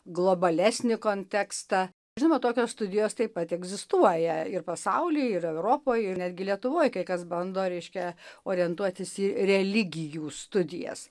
globalesnį kontekstą žinoma tokios studijos taip pat egzistuoja ir pasaulyje yra europoje ir netgi lietuvoj kai kas bando reiškia orientuotis į religijų studijas